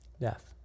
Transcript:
Death